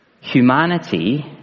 Humanity